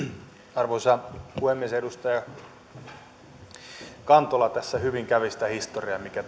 arvoisa puhemies edustaja kantola tässä hyvin kävi läpi sitä historiaa mikä